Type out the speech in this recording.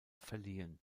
verliehen